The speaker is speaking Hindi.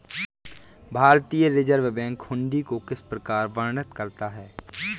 भारतीय रिजर्व बैंक हुंडी को किस प्रकार वर्णित करता है?